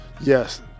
Yes